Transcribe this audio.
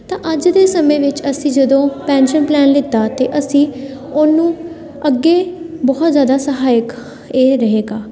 ਤਾਂ ਅੱਜ ਦੇ ਸਮੇਂ ਵਿੱਚ ਅਸੀਂ ਜਦੋਂ ਪੈਨਸ਼ਨ ਪਲੈਨ ਲਿਤਾ ਅਤੇ ਅਸੀਂ ਉਹਨੂੰ ਅੱਗੇ ਬਹੁਤ ਜ਼ਿਆਦਾ ਸਹਾਇਕ ਇਹ ਰਹੇਗਾ